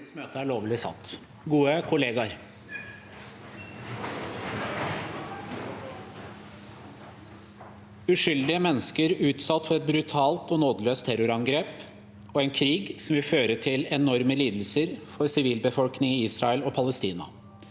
Uskyldige mennesker utsatt for et brutalt og nådeløst terrorangrep og en krig som vil føre til enorme lidelser for sivilbefolkningen i Israel og i Palestina.